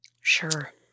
Sure